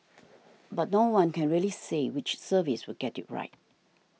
but no one can really say which service will get it right